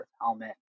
Helmet